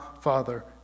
Father